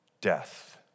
death